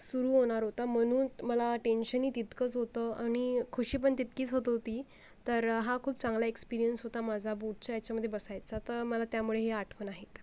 सुरू होणार होता म्हणून मला टेन्शन ही तितकंच होतं आणि खुशी पण तितकीच होत होती तर हा खूप चांगला एक्सपिरीयन्स होता माझा बुबच्या ह्याच्यामध्ये बसायचा तर त्यामुळे मला हे आठवण आहेत